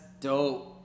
dope